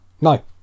No